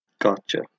gotcha